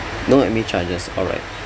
no admin charges alright